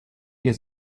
der